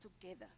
together